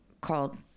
called